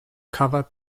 covered